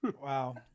wow